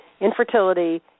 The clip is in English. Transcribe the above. infertility